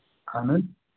اہن حظ